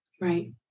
right